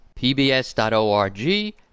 PBS.org